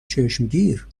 چشمگیر